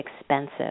expensive